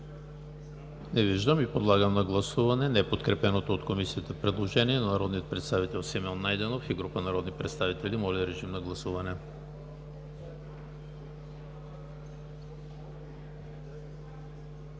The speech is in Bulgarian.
Не виждам. Подлагам на гласуване неподкрепеното от Комисията предложение на народния представител Симеон Найденов и група народни представители. Виждам, че има затруднение,